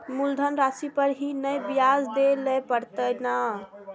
मुलधन राशि पर ही नै ब्याज दै लै परतें ने?